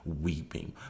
weeping